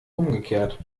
umgekehrt